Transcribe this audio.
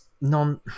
non